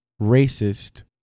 racist